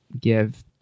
give